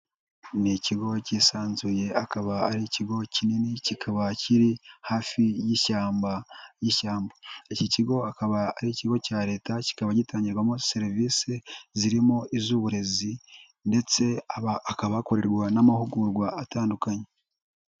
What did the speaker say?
Ni ikigo cyisanzuye, akaba ari ikigo kinini, kikaba kiri hafi y'ishyamba y'ishyamba, iki kigo akaba ari ikigo cya Leta, kikaba gitangirwamo serivisi zirimo iz'uburezi ndetse hakaba hakorerwa n'amahugurwa atandukanye.